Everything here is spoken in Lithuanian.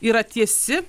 yra tiesi